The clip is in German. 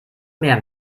mehr